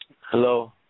Hello